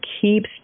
keeps